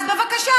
אז בבקשה,